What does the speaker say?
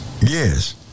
Yes